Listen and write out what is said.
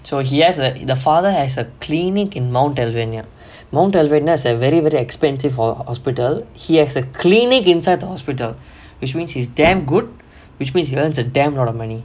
so he asked that the father has a clinic in mount alvernia mount alvernia is a very very expensive for hospital he has a clinic inside the hospital which means is damn good which means he learns a damn lot of money